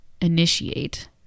initiate